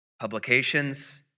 publications